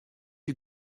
you